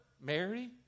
Mary